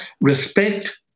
respect